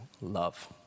love